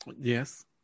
Yes